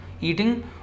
eating